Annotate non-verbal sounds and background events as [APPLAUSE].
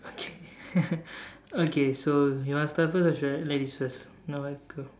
okay [LAUGHS] okay so you want to start first or should I ladies first you're welcome